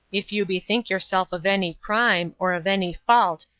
if you bethink yourself of any crime, or of any fault,